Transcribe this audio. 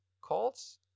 calls